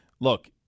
look